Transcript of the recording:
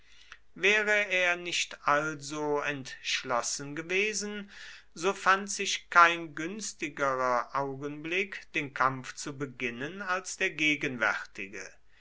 wäre er nicht also entschlossen gewesen so fand sich kein günstigerer augenblick den kampf zu beginnen als der gegenwärtige